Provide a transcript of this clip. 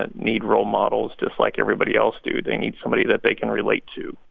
and need role models, just like everybody else do. they need somebody that they can relate to.